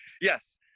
yes